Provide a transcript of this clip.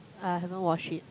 I haven't watch it